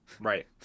Right